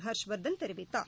ஹர்ஷ்வர்தன் தெரிவித்தார்